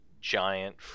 giant